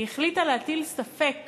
היא החליטה להטיל ספק